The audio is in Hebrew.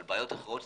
על בעיות אחרות,